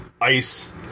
ice